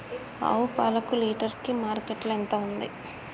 ఆవు పాలకు లీటర్ కి మార్కెట్ లో ఎంత ఉంది?